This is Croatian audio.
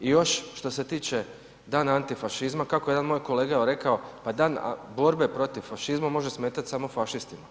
I još što se tiče Dana antifašizma, kako je jedan moj kolega rekao, pa dan borbe protiv fašizma može smetat samo fašistima nikom drugom.